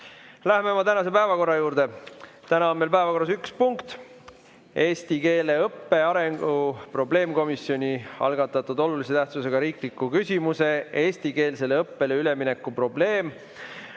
Läheme oma tänase päevakorra juurde. Täna on meil päevakorras üks punkt: eesti keele õppe arengu probleemkomisjoni algatatud olulise tähtsusega riikliku küsimuse "Eestikeelsele õppele ülemineku probleeme"